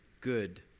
good